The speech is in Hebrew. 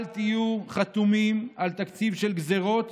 אל תהיו חתומים על תקציב של גזרות